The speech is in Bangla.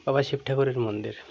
বাবা শিব ঠাকুরের মন্দির